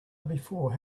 before